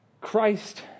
Christ